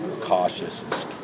cautious